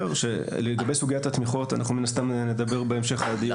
לגבי סוגיית התמיכות אנחנו מן הסתם נדבר בהמשך הדיון.